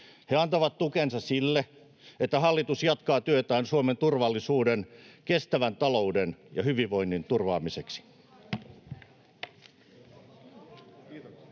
He antavat tukensa sille, että hallitus jatkaa työtään Suomen turvallisuuden, kestävän talouden ja hyvinvoinnin turvaamiseksi.